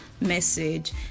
message